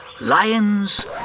lions